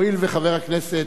הואיל וחבר הכנסת,